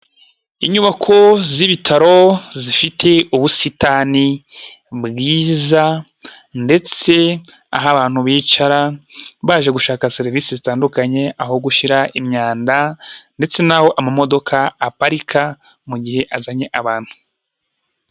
Inyubako z'ibitaro zifite ubusitani bwiza ndetse aho abantu bicara baje gushaka serivisi zitandukanye aho gushyira imyanda, ndetse n'aho amamodoka aparika mu gihe azanye abantu.